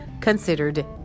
considered